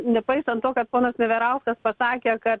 nepaisant to kad ponas neverauskas pasakė kad